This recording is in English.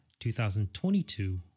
2022